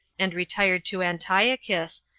and retired to antiochus,